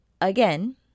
again